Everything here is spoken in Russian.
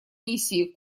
миссии